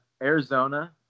Arizona